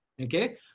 Okay